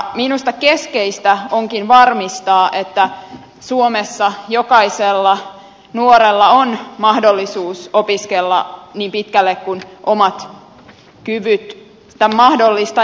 minusta keskeistä onkin varmistaa että suomessa jokaisella nuorella on mahdollisuus opiskella niin pitkälle kuin omat kyvyt tämän mahdollistavat